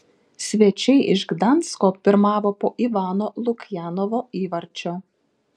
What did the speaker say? svečiai iš gdansko pirmavo po ivano lukjanovo įvarčio